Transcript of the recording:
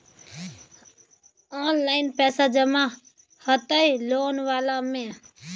Online पैसा जमा हते लोन वाला में?